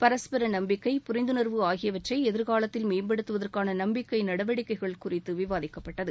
பரஸ்பர நம்பிக்கை புரிந்துணர்வு ஆகியவற்றை எதிர்காலத்தில் மேம்படுத்துவதற்கான நம்பிக்கை நடவடிக்கைகள் குறித்து விவாதிக்கப்பட்டது